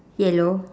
yellow